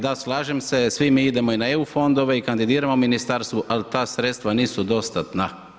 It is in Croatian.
Da slažem se, svi mi idemo i na EU fondove i kandidiramo u ministarstvu, al ta sredstva nisu dostatna.